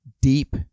deep